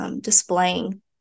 Displaying